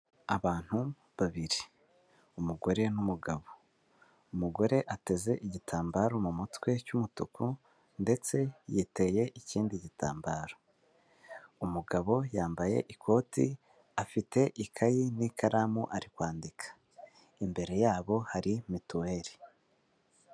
Abantu babiri, umugore n'umugabo. Umugore ateze igitambaro mu mutwe cy'umutuku, ndetse yiteye ikindi gitambaro. Umugabo yambaye ikoti, afite ikayi n'ikaramu ari kwandika. Imbere yabo hari mituweli.